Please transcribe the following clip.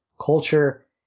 culture